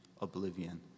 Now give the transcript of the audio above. Oblivion